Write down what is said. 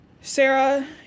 Sarah